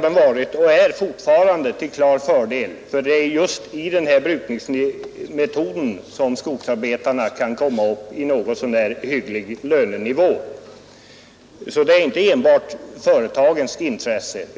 varit och är fortfarande till klar fördel. Det är nämligen just genom denna brukningsmetod som skogsarbetarna kan komma upp i något så när hygglig lönenivå. Det är alltså inte enbart företagens intresse.